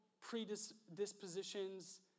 predispositions